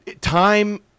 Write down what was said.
time